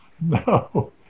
No